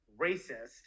racist